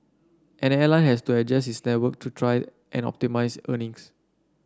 an airline has to adjust its network to try and optimise earnings